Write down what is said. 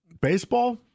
baseball